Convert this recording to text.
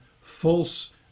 false